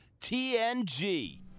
TNG